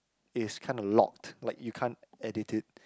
is kinda locked like you can't edit it